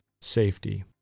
safety